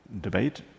debate